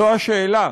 זו השאלה.